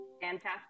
Fantastic